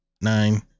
nine